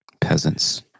Peasants